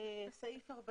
זה חוזר.